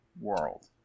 world